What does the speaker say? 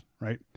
right